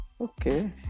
okay